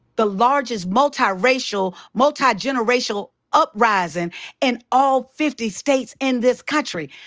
the largest multi-racial, multi-generational uprisin' in all fifty states in this country.